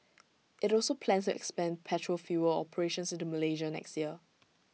IT also plans to expand petrol fuel operations into Malaysia next year